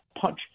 punch